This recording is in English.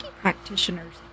practitioners